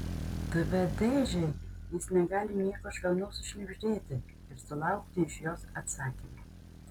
tv dėžei jis negali nieko švelnaus sušnibždėti ir sulaukti iš jos atsakymo